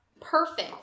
Perfect